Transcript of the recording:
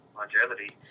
longevity